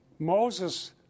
Moses